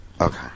Okay